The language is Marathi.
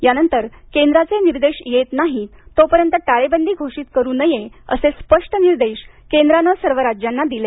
यानंतर केंद्राचे निर्देश येत नाहीत तोपर्यंत टाळेबंदी घोषित करू नये असे स्पष्ट निर्देश केंद्रानं सर्व राज्यांना दिले